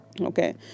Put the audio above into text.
Okay